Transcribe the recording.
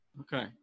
Okay